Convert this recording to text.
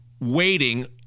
waiting